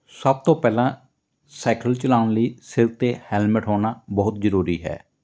ਸਭ ਤੋਂ ਪਹਿਲਾਂ ਸਾਈਕਲ ਚਲਾਉਣ ਲਈ ਸਿਰ 'ਤੇ ਹੈਲਮਟ ਹੋਣਾ ਬਹੁਤ ਜ਼ਰੂਰੀ ਹੈ